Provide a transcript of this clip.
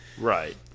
Right